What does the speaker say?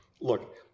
look